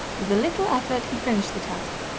with a little effort he finished the task.